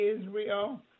Israel